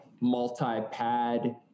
multi-pad